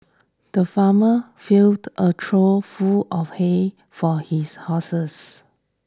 the farmer filled a trough full of hay for his horses